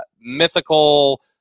mythical